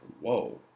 whoa